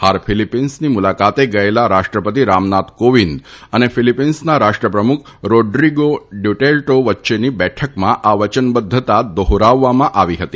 હાલ ફિલિપીન્સની મુલાકાતે ગયેલા રાષ્ર્યપતિ રામનાથ કોવિંદ તથા ફિલીપાઇન્સના રાષ્ર પ્રમુખ રોડ્રીગો ડ્યુટેર્ટો વચ્ચેની બેઠકમાં આ વચનબધ્ધતા દોહરાવવામાં આવી હતી